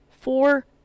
four